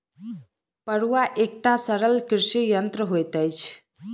फड़ुआ एकटा सरल कृषि यंत्र होइत अछि